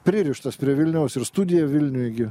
pririštas prie vilniaus ir studija vilniuj gi